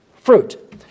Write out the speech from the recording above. fruit